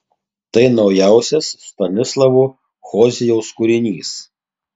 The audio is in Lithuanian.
tai naujausias stanislavo hozijaus kūrinys